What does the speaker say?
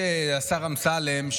השר אמסלם,